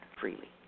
freely